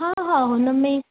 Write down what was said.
हा हा हुन में